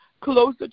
closer